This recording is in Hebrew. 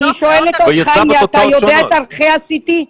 האם אתה יודע את ערכי ה-CT?